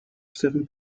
seven